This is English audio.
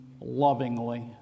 lovingly